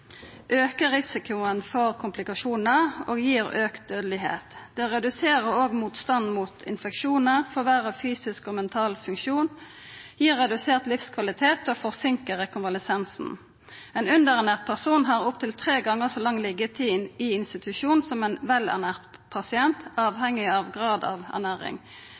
risikoen for komplikasjonar og gir auka dødelegheit. Det reduserer også motstanden mot infeksjonar, forverrar fysisk og mental funksjon, gir redusert livskvalitet og forsinkar rekonvalesensen. Ein underernært person har opptil tre gonger så lang liggetid i institusjon som ein velernært pasient, avhengig av grad av